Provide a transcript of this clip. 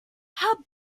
how